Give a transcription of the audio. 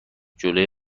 جلوی